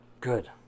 good